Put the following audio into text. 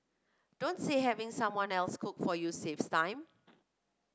don't say having someone else cook for you saves time